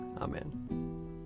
Amen